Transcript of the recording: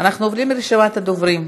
אנחנו עוברים לרשימת הדוברים.